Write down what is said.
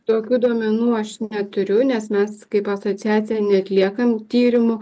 tokių duomenų aš neturiu nes mes kaip asociacija neatliekam tyrimų